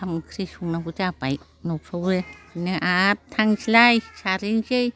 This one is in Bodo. ओंखाम ओंख्रि संनांगौ जाबाय न'फ्रावबो आर थांसैलाय सारहैनसै